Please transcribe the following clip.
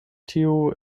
tiu